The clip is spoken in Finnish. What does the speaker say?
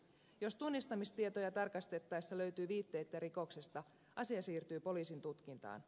jos tunnistamistietoja tarkastettaessa löytyy viitteitä rikoksesta asia siirtyy poliisin tutkintaan